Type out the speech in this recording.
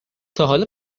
تاحالا